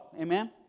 Amen